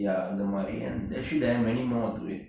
ya அந்த மாதிரி:antha maathiri and actually they have many more great